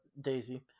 Daisy